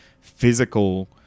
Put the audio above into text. physical